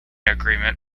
agreement